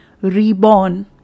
reborn